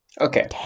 Okay